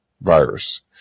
virus